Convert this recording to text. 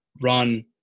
run